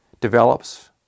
develops